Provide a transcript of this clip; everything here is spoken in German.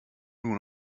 nur